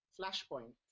Flashpoint